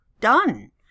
done